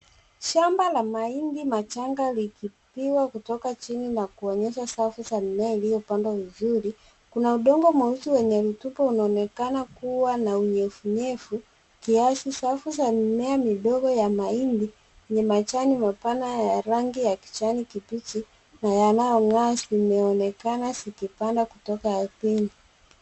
Shamba la mahindi machanga likipigwa kutoka chini na kuonyesha safu za mimea uliopandwa vizuri. Kuna udongo mweusi wenye utupu unaonekana kuwa na unyevunyevu kiasi. Safu za mimea midogo ya mahindi yenye majani mapana ya rangi ya kijani kibichi na yanayong'aa zimeonekana zikipandwa kutoka ardhini.